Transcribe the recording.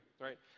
right